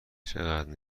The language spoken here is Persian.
چقدر